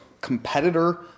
competitor